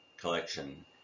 collection